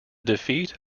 defeat